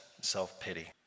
self-pity